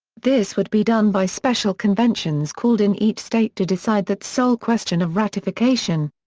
this would be done by special conventions called in each state to decide that sole question of ratification.